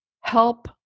help